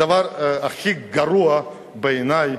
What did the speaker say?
הדבר הכי גרוע בעיני,